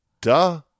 Duh